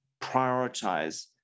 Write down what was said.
prioritize